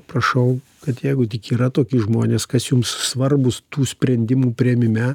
prašau kad jeigu tik yra toki žmonės kas jums svarbūs tų sprendimų priėmime